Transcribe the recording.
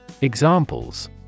Examples